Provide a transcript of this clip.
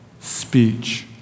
speech